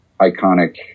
iconic